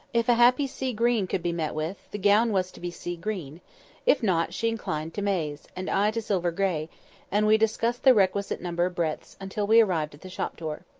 if a happy sea-green could be met with, the gown was to be sea green if not, she inclined to maize, and i to silver gray and we discussed the requisite number of breadths until we arrived at the shop-door.